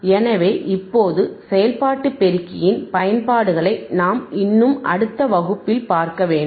எனவே இப்போது செயல்பாட்டு பெருக்கியின் பயன்பாடுகளை நாம் இன்னும் அடுத்த வகுப்பில்பார்க்க வேண்டும்